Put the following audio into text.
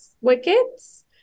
wickets